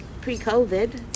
Pre-COVID